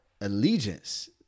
allegiance